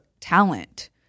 talent